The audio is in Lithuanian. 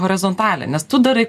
horizontalią nes tu darai